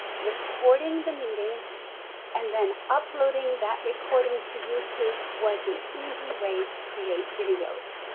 recording the meeting and then uploading that recording to youtube was an easy way to create videos.